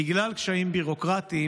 בגלל קשיים ביורוקרטיים,